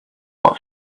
what